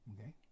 Okay